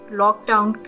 lockdown